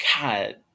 God